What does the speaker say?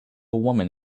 woman